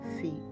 feet